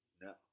No